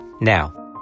now